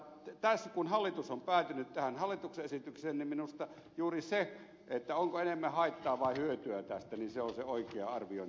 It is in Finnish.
mutta kun hallitus on päätynyt tähän hallituksen esitykseen niin minusta juuri se onko enemmän haittaa vai hyötyä tästä on se oikea arviointiperuste